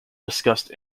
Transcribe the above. discussed